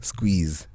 Squeeze